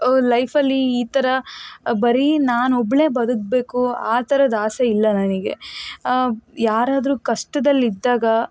ಲೈಫಲ್ಲಿ ಈ ಥರ ಬರಿ ನಾನೊಬ್ಬಳೇ ಬದುಕಬೇಕು ಆ ಥರದ ಆಸೆ ಇಲ್ಲ ನನಗೆ ಯಾರಾದರೂ ಕಷ್ಟದಲ್ಲಿದ್ದಾಗ